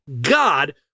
God